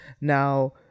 Now